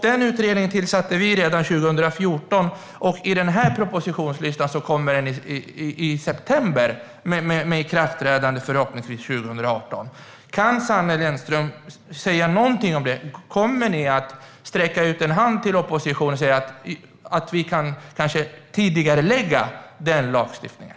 Den utredningen tillsatte vi redan 2014, och enligt denna propositionslista kommer det i september, med ikraftträdande förhoppningsvis 2018. Kan Sanne Lennström säga något om detta? Kommer ni att sträcka ut en hand till oppositionen och säga att ni kanske kan tidigarelägga den lagstiftningen?